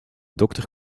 dokter